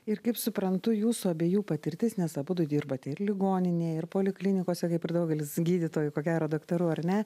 ir kaip suprantu jūsų abiejų patirtis nes abudu dirbate ir ligoninėj ir poliklinikose kaip ir daugelis gydytojų ko gero daktarų ar ne